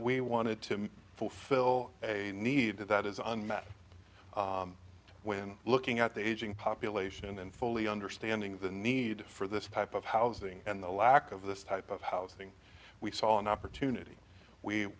we wanted to fulfill a need that is unmet when looking at the aging population and fully understanding the need for this pipe of housing and the lack of this type of housing we saw an opportunity we